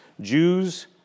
Jews